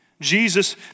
Jesus